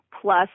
plus